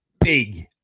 big